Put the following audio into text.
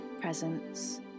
presence